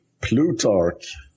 Plutarch